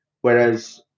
Whereas